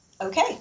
Okay